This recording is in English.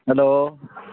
hello